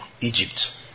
Egypt